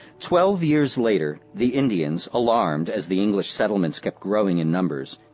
twelve years later, the indians, alarmed as the english settlements kept growing in numbers,